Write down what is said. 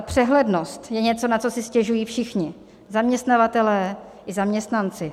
Přehlednost je něco, na co si stěžují všichni, zaměstnavatelé i zaměstnanci.